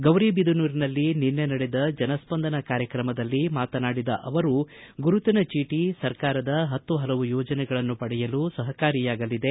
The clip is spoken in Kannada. ಗೌರಿಬಿದನೂರಿನಲ್ಲಿ ನಿನ್ನೆ ನಡೆದ ಜನಸ್ಪಂದನ ಕಾರ್ಯಕ್ರಮದಲ್ಲಿ ಮಾತನಾಡಿದ ಅವರು ಗುರುತಿನ ಚೀಟಿ ಸರ್ಕಾರದ ಪತ್ತು ಪಲವು ಯೋಜನೆಗಳನ್ನು ಪಡೆಯಲು ಸಹಕಾರಿಯಾಗಲಿದೆ